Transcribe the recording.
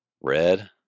red